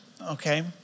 okay